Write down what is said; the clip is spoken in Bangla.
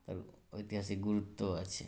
তার ঐতিহাসিক গুরুত্বও আছে